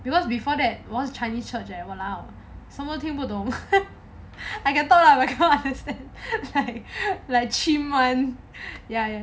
because before that was chinese church eh !walao! some more 听不懂 I can talk lah but cannot understand like chim [one]